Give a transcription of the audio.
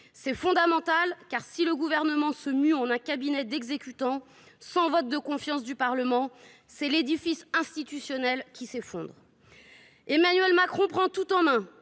C’est fondamental, car si le Gouvernement se mue en un cabinet d’exécutants, sans vote de confiance du Parlement, c’est l’édifice institutionnel qui s’effondre. Emmanuel Macron prend tout en main,